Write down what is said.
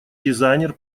дизайнер